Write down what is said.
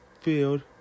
field